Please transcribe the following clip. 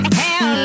hell